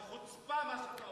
זו חוצפה, מה שאתה אומר.